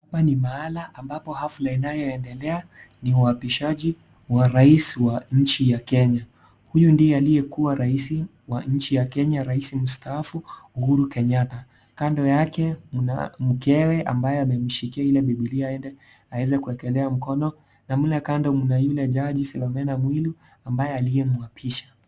Hapa ni mahali ambapo gafla inayoendelea ni wabishaji wa raisi wa nchi ya Kenya .huyu ndiye aliyekuwa raisi wa nchi ya Kenya rais mstaafu Uhuru Kenyatta kando yake kuna mkewe ambaye anemshikia biblia ili aweze kuwekelea mkono na mle kando mna yule jaji Philomena mwilu ambaye aliyemwapisha.